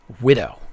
widow